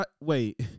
Wait